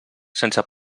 sense